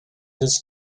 his